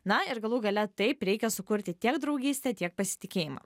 na ir galų gale taip reikia sukurti tiek draugystę tiek pasitikėjimą